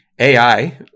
AI